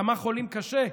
כמה חולים קשה,